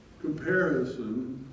comparison